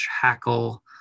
hackle